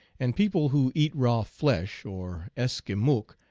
and people who eat raw flesh, or es kimook,